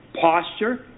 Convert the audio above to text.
posture